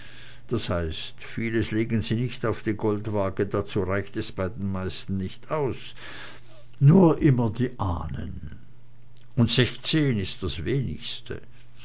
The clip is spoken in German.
das heißt vieles legen sie nicht auf die goldwaage dazu reicht es bei den meisten nicht aus nur immer die ahnen und sechzehn ist das wenigste